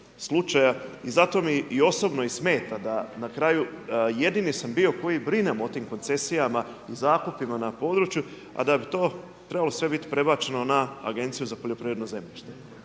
slučaja i zato mi i osobno i smeta da na kraju jedini sam bio koji brine o tim koncesijama i zakupima na području a da bi to trebalo sve biti prebačeno na Agenciju za poljoprivredno zemljište.